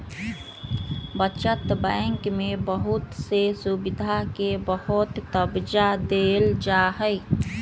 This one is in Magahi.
बचत बैंक में बहुत से सुविधा के बहुत तबज्जा देयल जाहई